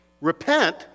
Repent